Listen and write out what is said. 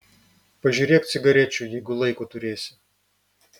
pažiūrėk cigarečių jeigu laiko turėsi